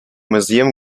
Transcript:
museum